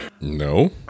No